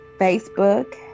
facebook